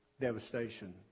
devastation